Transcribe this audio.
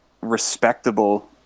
respectable